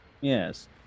yes